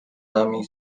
nami